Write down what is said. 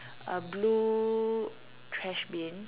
a blue trash bin